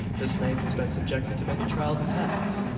this knife has been subjected to many trials and tests.